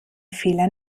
fehler